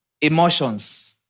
Emotions